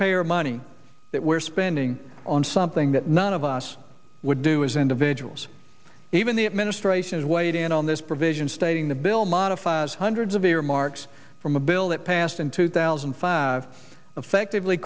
taxpayer money that we're spending on something that none of us would do as individuals even the administration is weighed in on this provision stating the bill modifies hundreds of earmarks from a bill that passed in two thousand and five affectively